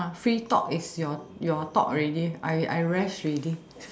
uh free talk is your your talk already I I rest ready